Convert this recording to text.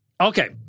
Okay